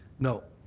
no.